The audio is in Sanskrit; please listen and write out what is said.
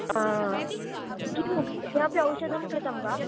हा किं किमपि औषधं कृतं वा